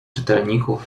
czytelników